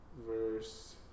verse